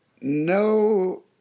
no